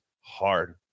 hard